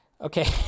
Okay